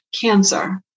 cancer